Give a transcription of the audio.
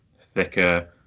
thicker